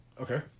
Okay